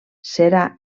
serà